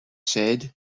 said